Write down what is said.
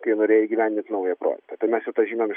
kai norėjo įgyvendinti naują projektą tai mes jau tą žinome iš